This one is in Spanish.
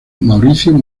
mauricio